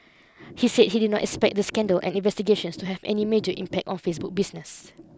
he said he did not expect the scandal and investigations to have any major impact on Facebook's business